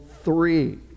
three